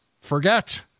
Forget